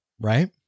right